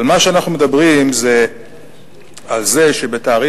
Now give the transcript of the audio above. אנחנו מדברים זה על זה שב-3